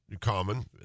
common